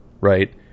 right